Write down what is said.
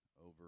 over